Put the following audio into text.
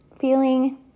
feeling